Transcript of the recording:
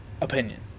opinion